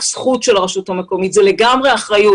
זכות של הרשות המקומית אלא זאת לגמרי אחריות.